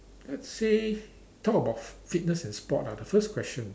let's say talk about f~ fitness and sport ah the first question